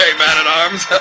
man-at-arms